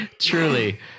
truly